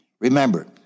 Remember